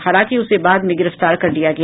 हालांकि उसे बाद में गिरफ्तार कर लिया गया